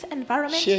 environment